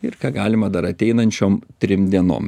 ir ką galima dar ateinančiom trim dienom